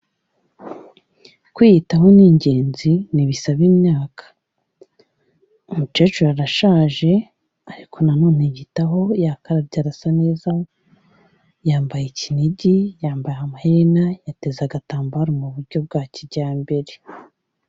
Kwiyitaho ni ingenzi, ntibisaba imyaka, umukecuru arashaje, ariko na none yiyitaho yakarabye arasa neza, yambaye ikinigi, yambaye amaherena, yateza agatambaro mu buryo bwa kijyambere.